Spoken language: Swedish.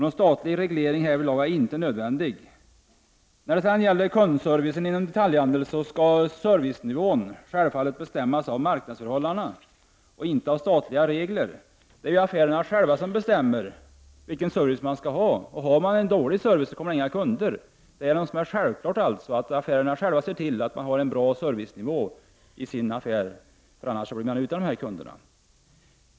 Någon statlig reglering härvidlag är inte nödvändig. När det gäller kundservicen inom detaljhandeln skall servicenivån självfallet bestämmas av marknadsförhållandena och inte av statliga regler. Det är affärerna själva som bestämmer vilken service man skall ha. Har man en dålig servicenivå kommer inga kunder. Det är alltså självklart att affärerna själva ser till att man har en bra servicenivå, för annars blir man utan kunder.